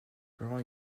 rend